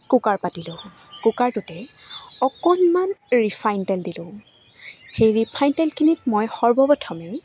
cooker পাতিলোঁ কুকাৰটোতে অকণমান ৰিফাইন তেল দিলোঁ সেই ৰিফাইন তেলখিনিত মই সৰ্বপ্ৰথমে